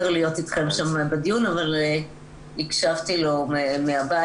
להיות אתכם שם בדיון אבל הקשבתי לו מהבית.